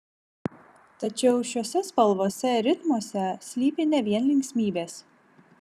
tačiau šiose spalvose ir ritmuose slypi ne vien linksmybės